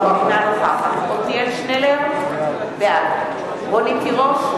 נוכחת עתניאל שנלר, בעד רונית תירוש,